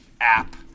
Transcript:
app